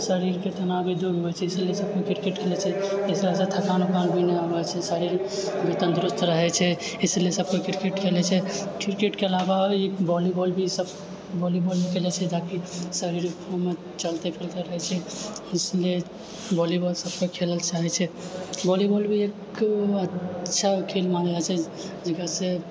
शरीरके तनाव भी दूर होइ छै इसीलिए सबकोइ किरकेट खेलै छै ओहिसँ थकान उकान भी नहि आबै छै शरीर भी तन्दुरुस्त रहै छै इसलिए सबकोइ किरकेट खेलै छै किरकेटके अलावा ई वालीबॉल भी सब वालीबॉलके जाहिसँ कि शरीर ओहिमे चलिते फिरते रहै छै इसलिए वालीबॉल सबसँ खेल अच्छा होइ छै वालीबॉल भी एक अच्छा खेल मानल जाइ छै जकरासँ